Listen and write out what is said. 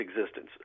existence